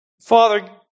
Father